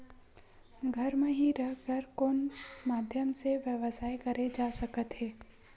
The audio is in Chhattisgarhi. घर म हि रह कर कोन माध्यम से व्यवसाय करे जा सकत हे?